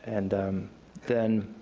and then,